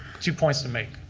two points to make.